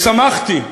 ושמחתי,